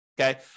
okay